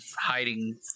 hiding